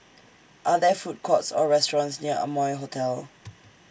Are There Food Courts Or restaurants near Amoy Hotel